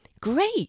Great